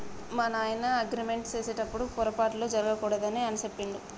మా నాయన అగ్రిమెంట్ సేసెటప్పుడు పోరపాట్లు జరగకూడదు అని సెప్పిండు